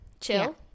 chill